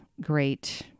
great